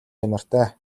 чанартай